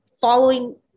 following